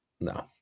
No